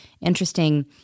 interesting